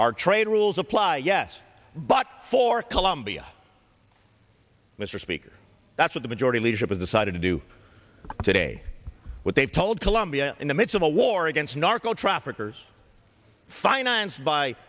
our trade rules apply yes but for colombia mr speaker that's what the majority leadership has decided to do today what they've told colombia in the midst of a war against narco traffickers financed by